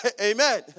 Amen